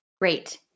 Great